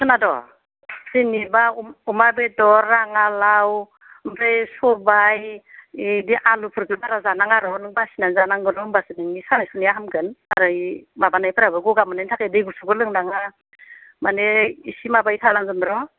खोनादों जेनेबा अमा बेदर राङालाव ओमफ्राय सबाय बिदि आलुफोरखौ बारा जानाङा आरो र' नों बासिनानै जानांगोन होनबासो नोंनि सानाय सुनाया हामगोन आरो माबानायफोराबो गगा मोननायनि थाखाय दै गुसुखौ लोंनाङा मानि एसे माबायै थानांगोन र'